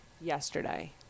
yesterday